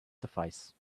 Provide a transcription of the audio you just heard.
suffice